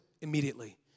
immediately